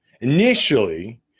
Initially